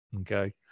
Okay